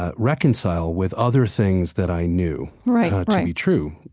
ah reconcile with other things that i knew to be true.